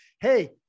Hey